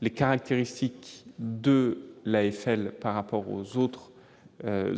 les caractéristiques de l'AFL par rapport aux autres